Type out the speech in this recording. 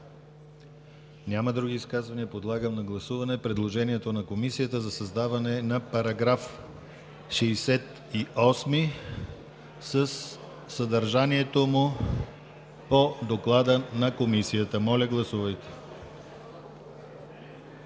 ли други изказвания? Няма. Подлагам на гласуване предложението на Комисията за създаване на § 68 със съдържанието му по доклада на Комисията. Моля, гласувайте.